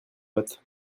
boîte